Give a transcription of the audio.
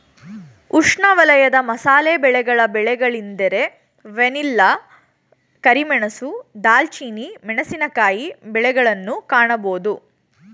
ಉಷ್ಣವಲಯದ ಮಸಾಲೆ ಬೆಳೆಗಳ ಬೆಳೆಗಳೆಂದರೆ ವೆನಿಲ್ಲಾ, ಕರಿಮೆಣಸು, ದಾಲ್ಚಿನ್ನಿ, ಮೆಣಸಿನಕಾಯಿ ಬೆಳೆಗಳನ್ನು ಕಾಣಬೋದು